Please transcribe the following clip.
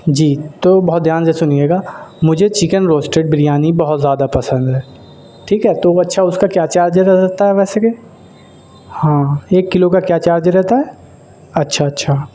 جی تو بہت دھیان سے سنیے گا مجھے چکن روسٹڈ بریانی بہت زیادہ پسند ہے ٹھیک ہے تو اچھا اس کا کیا چارجز آ سکتا ہے ویسے کہ ہاں ایک کلو کا کیا چارز رہتا ہے اچھا اچھا